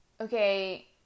okay